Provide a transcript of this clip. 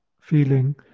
feeling